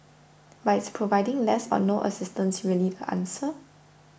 but is providing less but no assistance really the answer